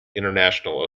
international